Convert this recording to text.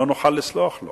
לא נוכל לסלוח לו